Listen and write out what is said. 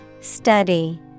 Study